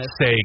say